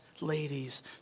ladies